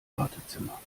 wartezimmer